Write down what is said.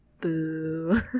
Boo